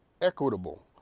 equitable